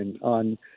on